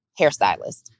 Hairstylist